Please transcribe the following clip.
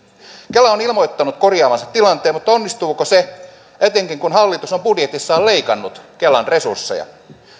kela on ilmoittanut korjaavansa tilanteen mutta onnistuuko se etenkään kun hallitus on budjetissaan leikannut kelan resursseja